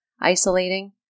isolating